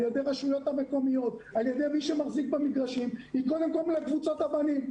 ידי הרשויות המקומיות ומי שמחזיקים במגרשים היא קודם כול לקבוצת הבנים.